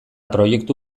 proiektu